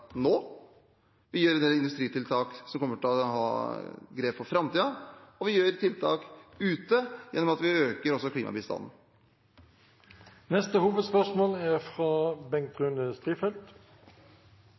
nå. Vi gjør en del industritiltak som kommer til å være grep for framtiden, og vi gjør tiltak ute, gjennom at vi også øker klimabistanden. Vi går til neste hovedspørsmål.